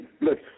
look